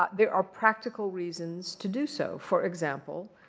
ah there are practical reasons to do so. for example,